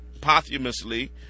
posthumously